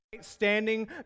standing